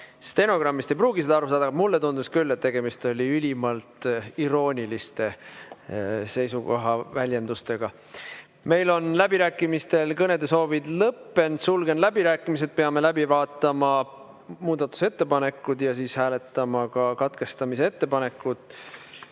stenogrammist ei pruugi seda aru saada, aga mulle tundus küll, et tegemist oli ülimalt irooniliste seisukohaväljendustega. Meil on läbirääkimistel kõnesoovid lõppenud, sulgen läbirääkimised. Peame läbi vaatama muudatusettepanekud ja siis hääletama ka katkestamise ettepanekut.